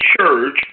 church